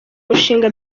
mushinga